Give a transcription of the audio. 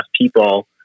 people